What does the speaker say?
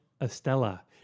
Estella